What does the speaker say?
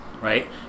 right